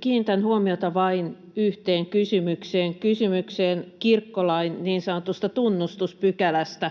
Kiinnitän huomiota vain yhteen kysymykseen — kysymykseen kirkkolain niin sanotusta tunnustuspykälästä.